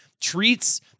treats